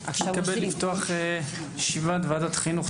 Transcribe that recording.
אני מתכבד לפתוח את ישיבת ועדת החינוך,